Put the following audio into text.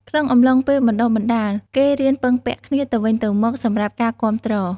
ក្នុងអំឡុងពេលបណ្តុះបណ្តាល គេរៀនពឹងពាក់គ្នាទៅវិញទៅមកសម្រាប់ការគាំទ្រ។